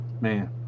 Man